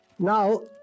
Now